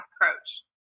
approach